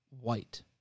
white